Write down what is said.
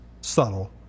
subtle